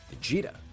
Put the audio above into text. Vegeta